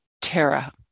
Tara